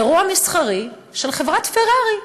אירוע מסחרי של חברת פרארי.